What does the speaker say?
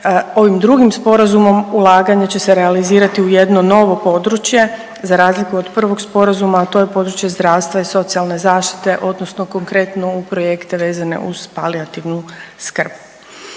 ovim drugim sporazumom ulaganje će se realizirati u jedno novo područje za razliku od prvog sporazuma, a to je područje zdravstva i socijalne zaštite odnosno konkretno u projekte vezane uz palijativnu skrb.